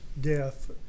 death